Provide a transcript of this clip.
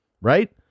right